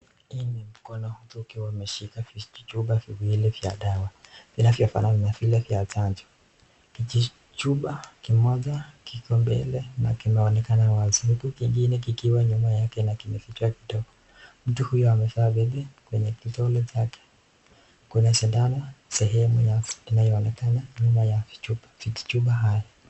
Hii ni mkono ya mtu ikiwa imeshika vijichupa viwili vya dawa vinavyofanana na vile vya chanjo. Kijichupa kimoja kiko mbele na kinaonekana wazi huku kingine kikiwa nyuma yake na kimefichwa kidogo. Mtu huyo amevaa pete kwa kidole chake. Kuna sindano sehemu inayoonekana nyuma ya vijichupa haya.